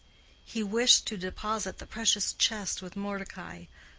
he wished to deposit the precious chest with mordecai,